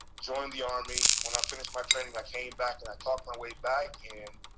joined the army. when i finished my training, i came back and i talked my way back in,